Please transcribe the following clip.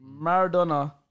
Maradona